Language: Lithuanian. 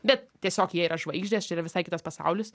bet tiesiog jie yra žvaigždės čia yra visai kitas pasaulis